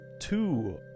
two